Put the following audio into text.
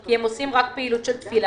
כי הם עושים רק פעילות של תפילה,